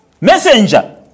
messenger